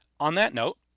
on that note,